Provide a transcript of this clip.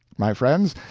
my friends,